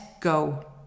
go